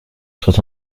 soit